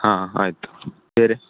ಹಾಂ ಆಯಿತು ಬೇರೆ